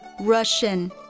Russian